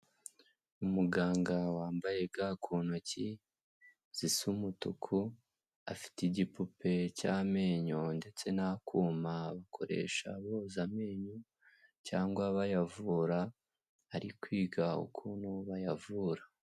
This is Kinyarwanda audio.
Umuganga wambaye ga ku ntoki zisa umutuku, afite igipupe cy'amenyo ndetse n'akuma bakoresha boza amenyo cyangwa bayavura, ari kwiga ukuntu bayavura.